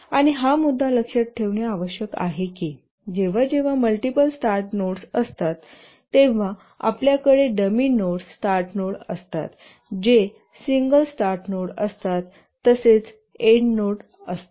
आणि हा मुद्दा लक्षात ठेवणे आवश्यक आहे की जेव्हा जेव्हा मल्टिपल स्टार्ट नोड्स असतात तेव्हा आपल्याकडे डमी नोड्स स्टार्ट नोड असतात जे सिंगल स्टार्ट नोड असतात तसेच शेवटच्या नोडसाठी असतात